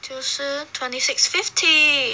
jiu shi:jiu shi twenty six fifty